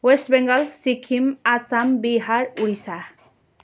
West Bengal Sikkim Assam Bihar Odisha